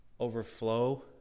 Overflow